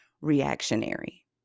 reactionary